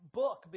book